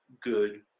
good